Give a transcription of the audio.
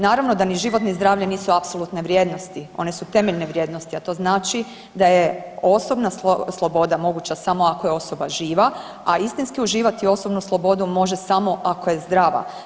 Naravno da ni život ni zdravlje nisu apsolutne vrijednosti, one su temeljne vrijednosti, a to znači da je osobna sloboda moguća samo ako je osoba živa, a istinski uživati osobnu slobodu može samo ako je zdrava.